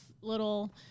little